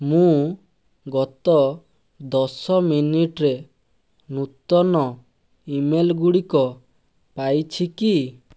ମୁଁ ଗତ ଦଶ ମିନିଟରେ ନୂତନ ଇମେଲ୍ ଗୁଡ଼ିକ ପାଇଛି କି